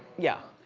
yeah.